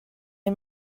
les